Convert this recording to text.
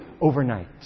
overnight